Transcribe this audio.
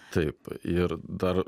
taip ir dar